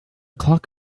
clock